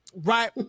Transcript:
right